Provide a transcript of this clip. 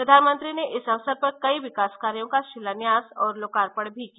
प्रधानमंत्री ने इस अवसर पर कई विकास कार्यो का शिलान्यास और लोकार्पण भी किया